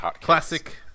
classic